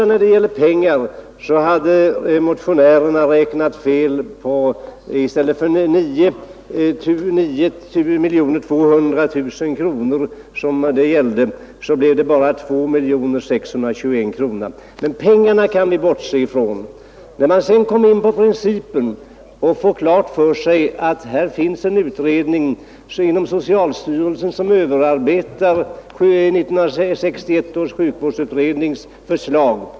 När det gäller pengar har motionärerna räknat fel. I stället för 9 200 000 kronor som det gällde blev det bara 2 000 621 kronor. Men pengarna kan vi bortse ifrån. När man kommer in på principen får man klart för sig att det finns en utredning inom socialstyrelsen som överarbetar 1961 års sjukvårdsutrednings förslag.